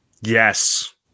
Yes